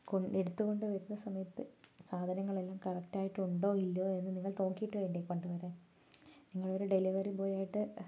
എടുത്തുകൊണ്ടുവരുന്ന സമയത്ത് സാധനങ്ങൾ എല്ലാം കറക്റ്റായിട്ട് ഉണ്ടോ ഇല്ലയോ എന്ന് നിങ്ങൾ നോക്കിയിട്ടു വേണ്ടേ കൊണ്ടുവരാൻ നിങ്ങളൊരു ഡെലിവറി ബോയിയായിട്ട്